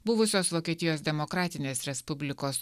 buvusios vokietijos demokratinės respublikos